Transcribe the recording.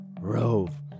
rove